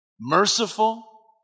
merciful